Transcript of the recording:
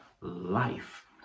life